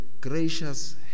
gracious